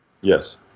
Yes